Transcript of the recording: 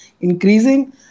increasing